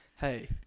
hey